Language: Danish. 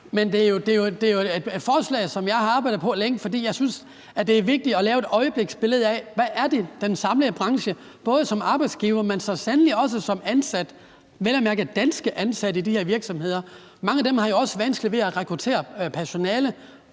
men det er jo et forslag, som jeg har arbejdet på længe, fordi jeg synes, det er vigtigt at give et øjebliksbillede af, hvordan den samlede branche ser ud, både i forhold til arbejdsgivere, men så sandelig også i forhold til ansatte, vel at mærke danske ansatte, i de her virksomheder. Mange af dem har jo også vanskeligt ved at rekruttere personale.